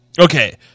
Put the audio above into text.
okay